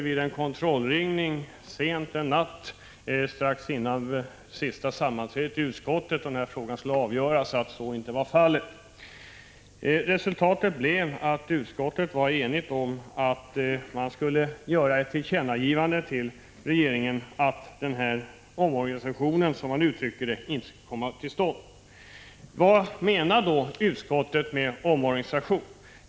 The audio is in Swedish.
Vid en kontrollringning sent en natt, strax innan frågan skulle avgöras i utskottet, kunde vi konstatera att så inte var fallet. Resultatet blev att utskottet var enigt om att föreslå riksdagen att göra ett tillkännagivande till regeringen om att omorganisationen, som man uttryckte det, inte skulle få komma till stånd. Vad menade då utskottet med omorganisation?